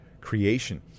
creation